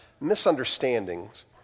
misunderstandings